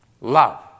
love